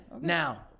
Now